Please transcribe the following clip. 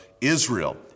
Israel